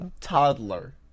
Toddler